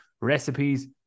recipes